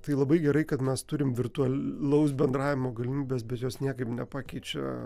tai labai gerai kad mes turim virtualaus bendravimo galimybes bet jos niekaip nepakeičia